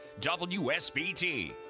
WSBT